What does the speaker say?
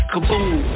Kaboom